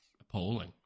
appalling